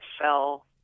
fell